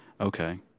Okay